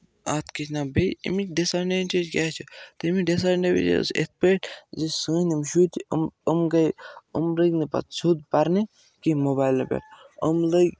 اَتھ کِیاہ چھِ اَتھ وَنان بیٚیہِ اَمِکۍ ڈِس اٮ۪ڈوٮ۪نٛٹیج کیٛاہ چھِ تمِکۍ ڈِس اٮ۪ڈوٮ۪نٹیجِج چھِ یِتھۍ پٲٹھۍ زِ سٲنۍ یِم شُرۍ أمۍ أمۍ گٔے یِم لگۍ نہٕ پَتہٕ سیوٚد پَرنہِ کینٛہہ موبایلہٕ پٮ۪ٹھ أمۍ لٔگۍ